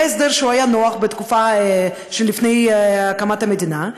היה הסדר שהיה נוח בתקופה שלפני הקמת המדינה,